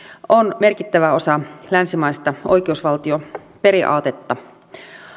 on merkittävä osa länsimaista oikeusvaltioperiaatetta